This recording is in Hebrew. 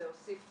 להוסיף